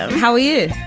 how are you?